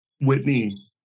Whitney